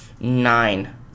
nine